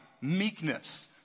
meekness